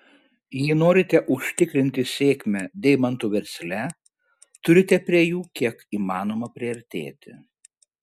jei norite užsitikrinti sėkmę deimantų versle turite prie jų kiek įmanoma priartėti